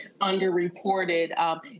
underreported